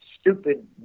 stupid